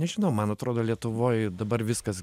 nežinau man atrodo lietuvoj dabar viskas